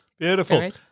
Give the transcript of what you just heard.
Beautiful